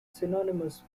synonymous